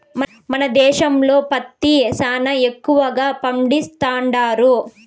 మన దేశంలో పత్తి సేనా ఎక్కువగా పండిస్తండారు